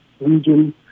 region